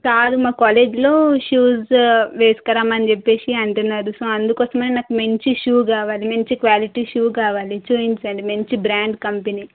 కాదు మా కాలేజీలో షూస్ వేసుకు రమ్మని చెప్పి అంటున్నారు సో అందుకోసమే నాకు మంచి షూస్ కావాలి మంచి క్వాలిటీ షూస్ కావాలి చూపించండి మంచి బ్రాండ్ కంపెనీ